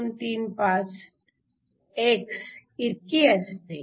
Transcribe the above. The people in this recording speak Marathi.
4235 x इतकी असते